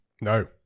No